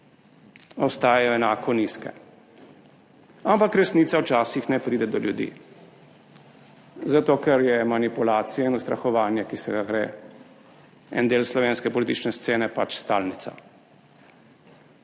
ostajajo enako nizke. Ampak resnica včasih ne pride do ljudi, zato ker je manipulacija in ustrahovanje, ki se ga gre en del slovenske politične scene, pač stalnica.